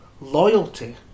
Loyalty